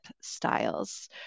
styles